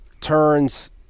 turns